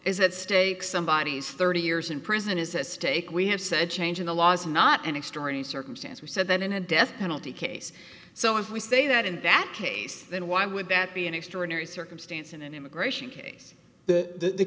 is at stake somebody has thirty years in prison is a stake we have said change in the laws not an external circumstance we said that in a death penalty case so if we say that in that case then why would that be an extraordinary circumstance in an immigration case the